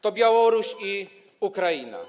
To Białoruś i Ukraina.